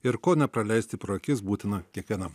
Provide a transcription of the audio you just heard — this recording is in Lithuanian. ir ko nepraleisti pro akis būtina kiekvienam